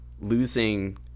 losing